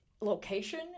location